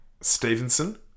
Stevenson